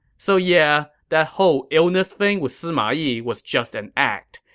so yeah, that whole illness thing with sima yi was just an act.